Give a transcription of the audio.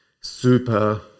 super